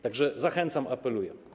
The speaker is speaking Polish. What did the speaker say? Tak że zachęcam i apeluję.